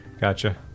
Gotcha